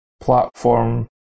platform